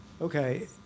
Okay